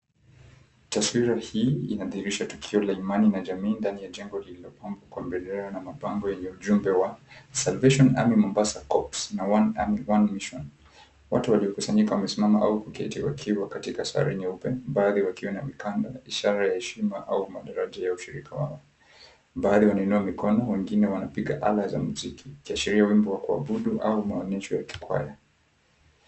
Taswira hii inadhihirisha tukio la imani na jamii ndani ya jengo lililopambwa kwa bendera na mapambo yenye ujumbe wa Salvation Army Mombasa Cops na One Army One Mission. Watu waliokusanyika wamesimama au kuketi wakiwa katika sare nyeupe, baadhi wakiwa na mikanda na ishara ya heshima au madaraji ya ushirika wao. baadhi wanainua mikono, wengine wanapiga ala za mziki ikiashiria wimbo wa kuabudu au maonyesho ya kikwaya.